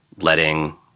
letting